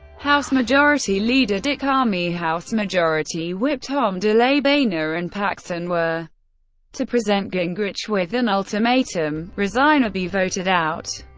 house majority leader dick armey, house majority whip tom delay, boehner and paxon were to present gingrich with an ultimatum resign, or be voted out.